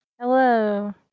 Hello